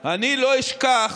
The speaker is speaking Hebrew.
אני לא אשכח